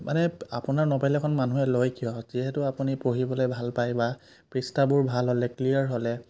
মানে আপোনাৰ নবেল এখন মানুহে লয় কিয় যিহেতু আপুনি পঢ়িবলৈ ভাল পাই বা পৃষ্ঠাবোৰ ভাল হ'লে ক্লীয়াৰ হ'লে